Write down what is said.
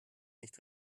nicht